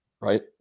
right